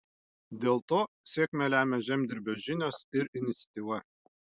dėl to sėkmę lemia žemdirbio žinios ir iniciatyva